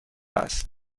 است